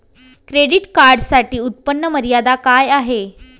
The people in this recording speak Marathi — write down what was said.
क्रेडिट कार्डसाठी उत्त्पन्न मर्यादा काय आहे?